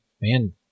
man